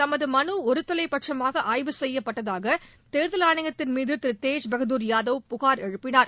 தமது மனு ஒருதலைபட்சுமாக ஆய்வு செய்யப்பட்டதாக தேர்தல் ஆணையத்தின் மீது திரு தேஜ் பகதூர் யாதவ் புகார் எழுப்பினார்